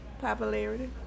Popularity